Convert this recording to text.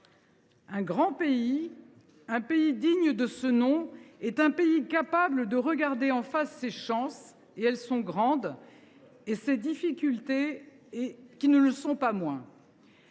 Un grand pays, un pays digne de ce nom, est un pays capable de regarder en face ses chances – elles sont grandes –, ainsi que ses difficultés, qui ne le sont pas moins.